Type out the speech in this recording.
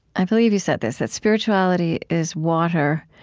i believe you said this that spirituality is water,